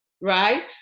right